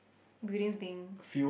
buildings being